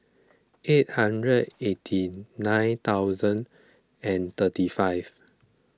eight hundred eighty nine thousand and thirty five